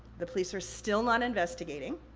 the police are still not investigating,